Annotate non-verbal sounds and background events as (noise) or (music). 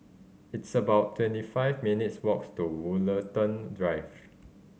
it's about twenty five minutes' walks to Woollerton Drive (noise)